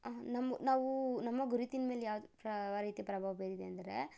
ನಮ್ಮ ನಾವು ನಮ್ಮ ಗುರುತಿನ ಮೇಲೆ ಯಾವ್ದು ಯಾವ ರೀತಿ ಪ್ರಭಾವ ಬೀರಿದೆ ಅಂದರೆ